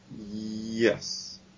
Yes